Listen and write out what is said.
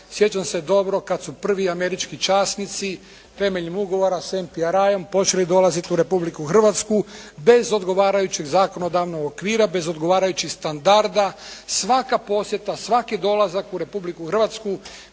sjećam se dobro kada su prvi američki časnici temeljem ugovora sa … počeli dolaziti u Republiku Hrvatsku bez odgovarajućih zakonodavnog okvira, bez odgovarajućih standarda svaka posjeta, svaki dolazak u Republiku Hrvatsku